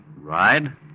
Ride